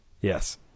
Yes